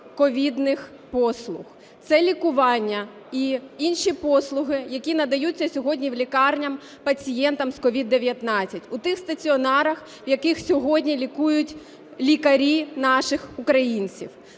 ковідних послуг. Це лікування і інші послуги, які надаються сьогодні в лікарнях пацієнтам з COVID-19, у тих стаціонарах, в яких сьогодні лікують лікарі наших українців.